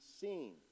seen